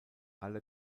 alle